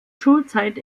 schulzeit